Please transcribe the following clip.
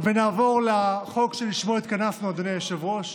ונעבור לחוק שלשמו התכנסנו, אדוני היושב-ראש,